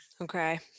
Okay